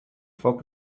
foc